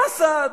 אסד,